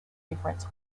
difference